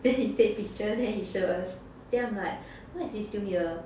then you take his journey insurers then I'm like why is he still here